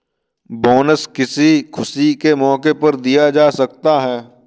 bonus किसी खुशी के मौके पर दिया जा सकता है